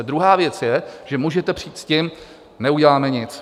Druhá věc je, že můžete přijít s tím neuděláme nic.